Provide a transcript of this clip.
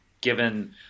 given